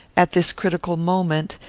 at this critical moment,